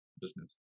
business